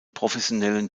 professionellen